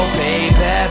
baby